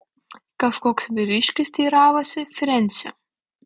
kažkoks vyriškis teiravosi frensio